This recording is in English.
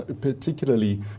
particularly